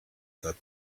that